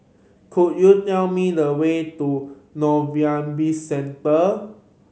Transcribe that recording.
could you tell me the way to Novelty Bizcentre